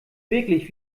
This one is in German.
wirklich